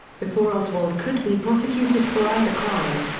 before oswald could be prosecuted for either crime,